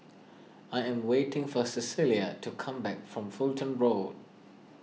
I am waiting for Cecilia to come back from Fulton Road